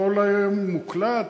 הכול היום מוקלט,